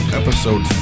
episode